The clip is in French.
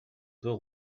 peut